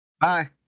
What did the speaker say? Bye